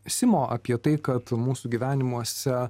simo apie tai kad mūsų gyvenimuose